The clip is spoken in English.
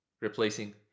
replacing